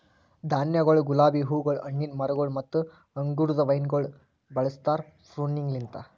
ಧಾನ್ಯಗೊಳ್, ಗುಲಾಬಿ ಹೂಗೊಳ್, ಹಣ್ಣಿನ ಮರಗೊಳ್ ಮತ್ತ ಅಂಗುರದ ವೈನಗೊಳ್ ಬೆಳುಸ್ತಾರ್ ಪ್ರೂನಿಂಗಲಿಂತ್